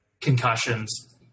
concussions